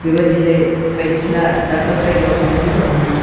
बेबादिनो बायदिसिना दाब दाब जायगायाव थांनो मोजां मोनो